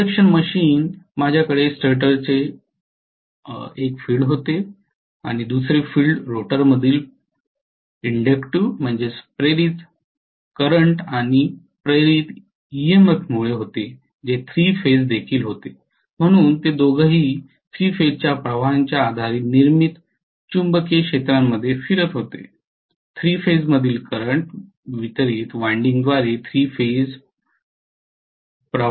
induction machine माझ्याकडे स्टेटरचे एक फील्ड होते आणि दुसरे फील्ड रोटरमधील इंड्यूज्ड चालू आणि इंड्यूज्ड ईएमएफमुळे होते जे 3 फेज देखील होते म्हणून ते दोघेही 3 फेजच्या प्रवाहांच्या आधारे निर्मित चुंबकीय क्षेत्रांमध्ये फिरत होते 3 फेजमधील करंट वितरित वायंडिंग द्वारे 3 फेज प्रवाहात आणले जाऊ शकतात